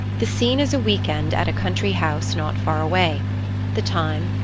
the scene is a week-end at a country house not far away the time,